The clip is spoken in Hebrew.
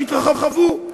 שהתרחבו,